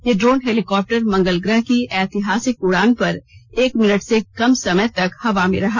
यह drone helicopter मंगल ग्रह की ऐतिहासिक उड़ान पर एक मिनट से कम समय तक हवा में रहा